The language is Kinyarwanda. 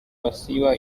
basiba